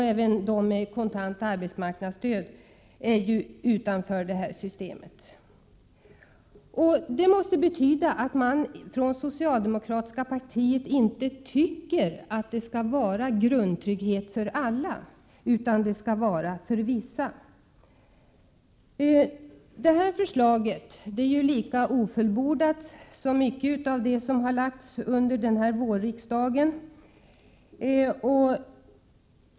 Även de som åtnjuter kontant arbetsmarknadsstöd hamnar utanför systemet. Detta måste betyda att man från socialdemokratiska partiet inte tycker att det skall vara grundtrygghet för alla utan bara för vissa. Detta förslag är lika ofullbordat som många andra förslag som lagts fram under vårriksdagen.